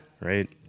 right